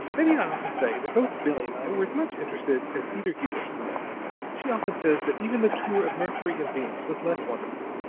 maybe i ought to say that both billie and i were as much interested as either you or smith she often says that even the tour of mercury and venus was less wonderful.